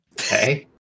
okay